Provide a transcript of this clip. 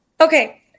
Okay